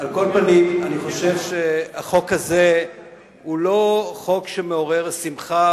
אני חושב שהחוק הזה הוא לא חוק שמעורר שמחה,